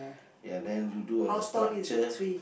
ya then you do all the structure